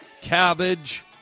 cabbage